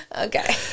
okay